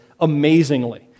amazingly